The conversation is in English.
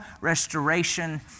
restoration